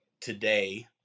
today